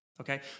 Okay